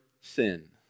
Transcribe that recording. sin